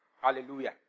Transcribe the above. Hallelujah